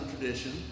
tradition